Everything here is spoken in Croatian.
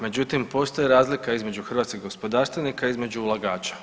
Međutim postoji razlika između hrvatskih gospodarstvenika i između ulagača.